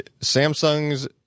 Samsung's